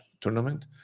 tournament